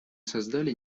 создали